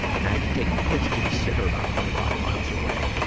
and i had to take the kids to the sitter about twenty five miles away.